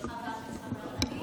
ביקשנו להתנגד,